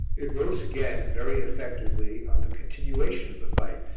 it rose again, very effectively, on the continuation of the fight,